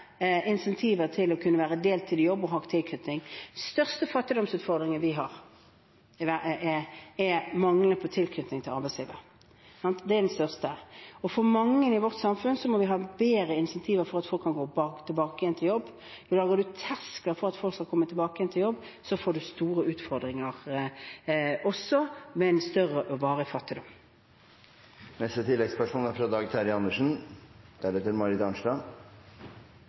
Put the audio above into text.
er manglende tilknytning til arbeidslivet – det er den største. For mange i vårt samfunn må vi ha bedre incentiver for at folk kan komme tilbake til jobb. Lager man terskler for folk som skal komme tilbake til jobb, får man store utfordringer – også med en større og varig fattigdom. Dag Terje Andersen – til oppfølgingsspørsmål. Som representanten Snorre Serigstad Valen var inne på, er